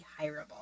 hireable